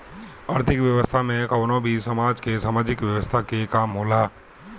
आर्थिक व्यवस्था में कवनो भी समाज के सामाजिक व्यवस्था के काम होला